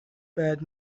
bad